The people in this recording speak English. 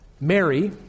Mary